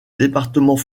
département